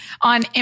on